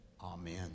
Amen